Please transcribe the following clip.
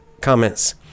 comments